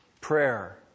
Prayer